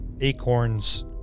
Acorn's